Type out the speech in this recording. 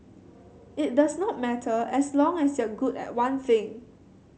it does not matter as long as you're good at one thing